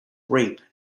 rape